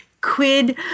Quid